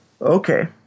Okay